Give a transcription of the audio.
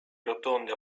rotonde